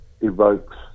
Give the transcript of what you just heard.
evokes